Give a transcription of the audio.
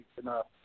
enough